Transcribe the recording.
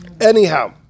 Anyhow